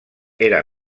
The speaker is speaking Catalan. era